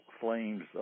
flames